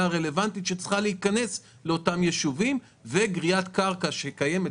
הרלוונטית שצריכה להיכנס לאותם היישובים וגריעת קרקע ---.